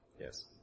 Yes